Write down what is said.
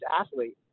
athlete